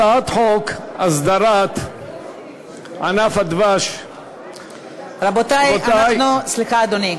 הצעת חוק הסדרת ענף הדבש רבותי, סליחה, אדוני.